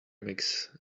makes